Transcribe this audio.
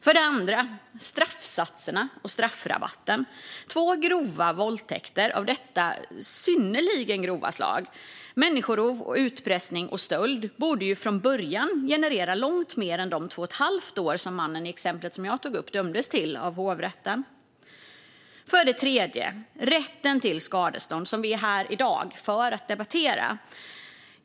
För det andra: straffsatserna och straffrabatten. Två våldtäkter av detta synnerligen grova slag, människorov, utpressning och stöld borde från början generera långt mer än de två och ett halvt år som mannen i exemplet jag tog upp dömdes till i hovrätten. För det tredje: Rätten till skadestånd, som vi är här i dag för att diskutera.